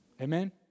Amen